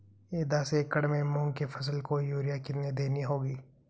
दस एकड़ में मूंग की फसल को यूरिया कितनी देनी होगी?